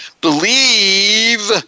Believe